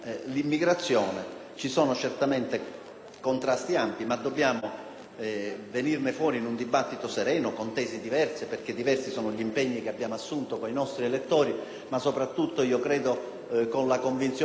sono certamente contrasti ampi, ma dobbiamo venirne fuori in un dibattito sereno, con tesi diverse perché diversi sono gli impegni che abbiamo assunto con i nostri elettori, ma soprattutto - io credo - con la convinzione che nel nostro Paese si possa e si debba entrare,